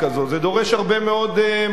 זה דורש הרבה מאוד משאבים.